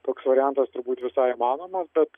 toks variantas turbūt visai įmanomas bet